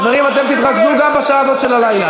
חברים, תתרכזו גם בשעה הזאת של הלילה.